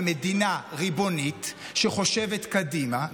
ומדינה ריבונית שחושבת קדימה,